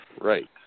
Right